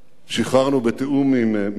שחררנו, בתיאום עם מצרים,